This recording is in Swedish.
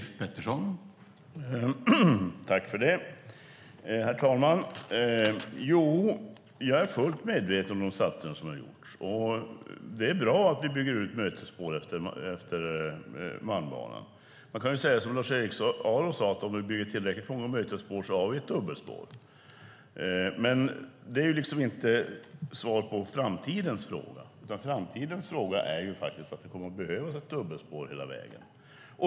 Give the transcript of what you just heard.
Herr talman! Jo, jag är fullt medveten om de satsningar som har gjorts. Det är bra att vi bygger ut mötesspår efter Malmbanan. Man kan säga som Lars-Eric Aaro sade, att om vi bygger tillräckligt många mötesspår har vi ett dubbelspår. Men det är inte svar på framtidens fråga. Framtidens fråga är att det kommer att behövas ett dubbelspår hela vägen.